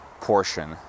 portion